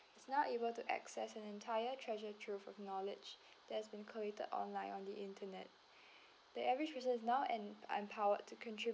is now able to access an entire treasure trove of knowledge that has been created online on the internet the average users now am empowered to contribute